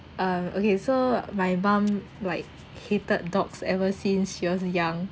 um okay so my mum like hated dogs ever since she was young